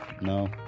No